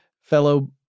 fellow